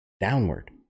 downward